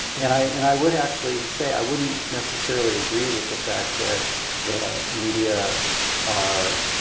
and i and i would actually say, i wouldn't necessarily agree with the fact that the media are